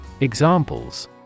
Examples